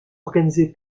organisés